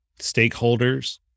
stakeholders